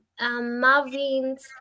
Marvins